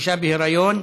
לאישה בהיריון),